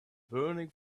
burning